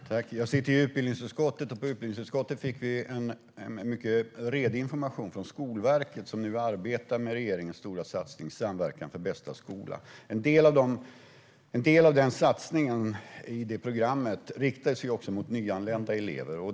Herr talman! Jag sitter i utbildningsutskottet, och i utbildningsutskottet fick vi en mycket redig information från Skolverket som nu arbetar med regeringens stora satsning, Samverkan för bästa skola. En del av denna satsning i detta program riktar sig till nyanlända elever.